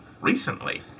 recently